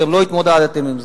אתם לא התמודדתם עם זה.